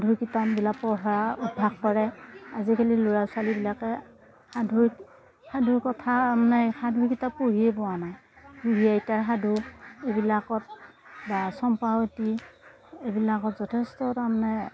সাধুৰ কিতাপবিলাক পঢ়া অভ্যাস কৰে আজিকালিৰ ল'ৰা ছোৱালীবিলাকে সাধুৰ সাধু কথা মানে সাধু কিতাপ পঢ়িয়ে পোৱা নাই বুঢ়ী আইতাৰ সাধু এইবিলাকত বা চম্পাৱতীৰ এইবিলাকত যথেষ্ট তাৰমানে